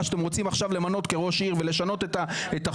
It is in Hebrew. שאתם רוצים עכשיו למנות כראש עיר ולשנות את החוק,